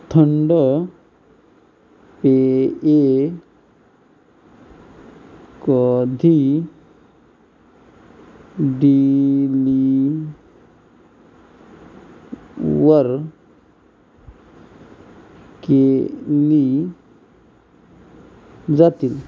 थंड पेये कधी डिलिवर केली जातील